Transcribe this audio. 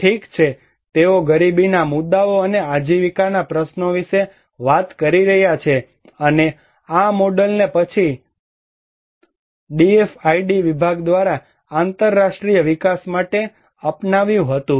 ઠીક છે તેઓ ગરીબીના મુદ્દાઓ અને આજીવિકાના પ્રશ્નો વિશે વાત કરી રહ્યા છે અને આ મોડેલને પછીથી ડીએફઆઈડી વિભાગ દ્વારા આંતરરાષ્ટ્રીય વિકાસ માટે અપનાવ્યું હતું